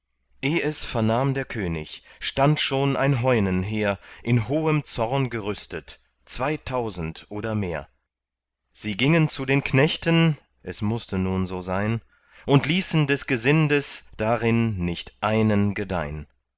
vernahm der könig stand schon ein heunenheer in hohem zorn gerüstet zweitausend oder mehr sie gingen zu den knechten es mußte nun so sein und ließen des gesindes darin nicht einen gedeihn